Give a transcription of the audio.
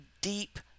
deep